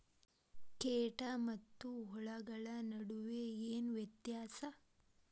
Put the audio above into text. ಕೇಟ ಮತ್ತು ಹುಳುಗಳ ನಡುವೆ ಏನ್ ವ್ಯತ್ಯಾಸ?